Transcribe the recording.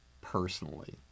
personally